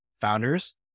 founders